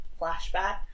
flashback